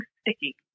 sticky